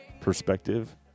perspective